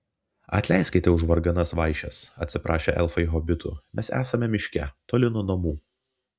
atleiskite už varganas vaišes atsiprašė elfai hobitų mes esame miške toli nuo namų